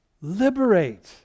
liberate